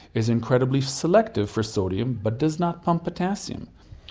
is incredibly selective for sodium but does not pump potassium.